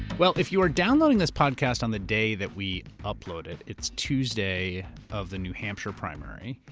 well, if you are downloading this podcast on the day that we upload it, it's tuesday of the new hampshire primary.